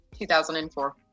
2004